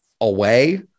away